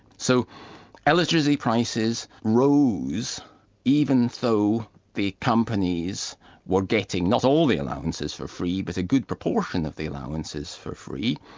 so electricity prices rose even though the companies were getting not all the allowances for free, but a good proportion of the allowances for free,